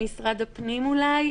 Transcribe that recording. ממשרד הפנים אולי,